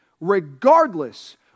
regardless